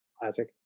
Classic